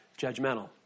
judgmental